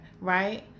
right